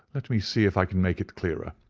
let me see if i can make it clearer.